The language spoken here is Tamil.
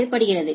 தேவைப்படுகிறது